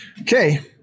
Okay